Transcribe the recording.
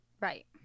Right